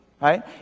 right